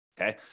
Okay